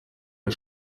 der